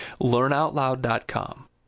Learnoutloud.com